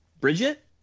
Bridget